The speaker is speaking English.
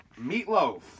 Meatloaf